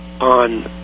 on